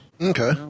Okay